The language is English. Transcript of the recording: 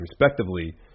respectively